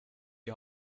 die